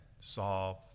solve